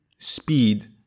speed